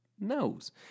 nose